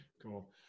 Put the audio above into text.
Cool